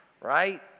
right